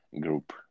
group